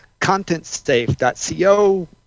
contentsafe.co